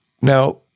Now